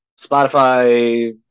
Spotify